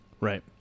Right